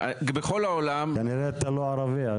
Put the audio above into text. כנראה אתה לא ערבי.